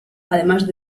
además